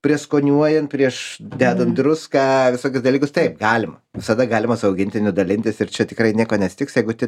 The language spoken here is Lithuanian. prieskoniuojant prieš dedant druską visokius dalykus taip galima visada galima su augintiniu dalintis ir čia tikrai nieko neatsitiks jeigu ti